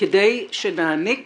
כדי שנעניק